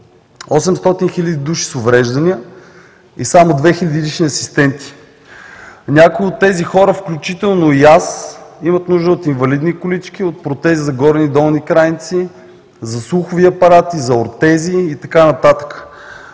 800 хиляди души с увреждания и само 2000 лични асистенти. Някои от тези хора, включително и аз, имат нужда от инвалидни колички, от протези за горни и долни крайници, за слухови апарати, за ортези и така нататък.